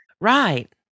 Right